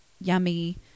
yummy